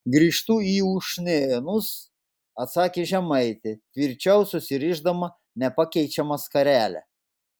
grįžtu į ušnėnus atsakė žemaitė tvirčiau susirišdama nepakeičiamą skarelę